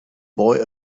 boy